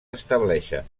estableixen